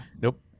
Nope